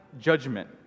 judgment